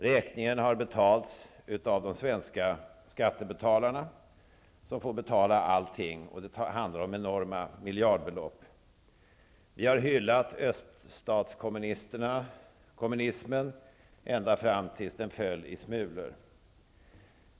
Räkningen har betalts av de svenska skattebetalarna. De får betala allting, och det handlar om enorma miljardbelopp. Vi har hyllat öststatskommunismen ända fram till att den föll i smulor.